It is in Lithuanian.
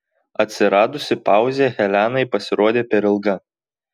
atsiradusi pauzė helenai pasirodė per ilga